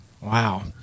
Wow